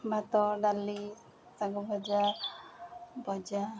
ଭାତ ଡାଲି ଶାଗ ଭଜା ଭଜା